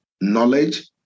knowledge